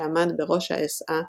שעמד בראש האס-אה,